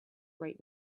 right